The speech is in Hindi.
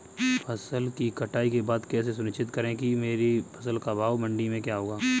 फसल की कटाई के बाद कैसे सुनिश्चित करें कि मेरी फसल का भाव मंडी में क्या होगा?